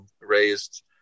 raised